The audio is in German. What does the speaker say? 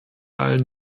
allen